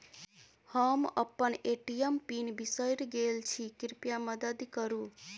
हम अप्पन ATM pin बिसरि गेल छी कृपया मददि करू